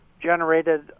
generated